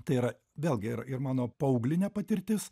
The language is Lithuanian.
tai yra vėlgi ir ir mano paauglinė patirtis